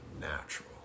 natural